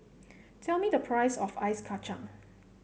tell me the price of Ice Kacang